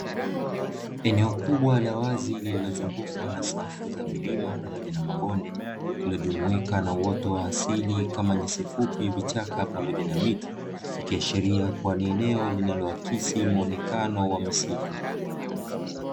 Eneo kubwa la wazi lililozungukwa na safu za milima, pamoja na mabonde. Lililojumuika na uoto wa asili kama nyasi fupi, vichaka pamoja na miti, ikiashiria kuwa ni eneo lonaloakisi muonekano wa misitu.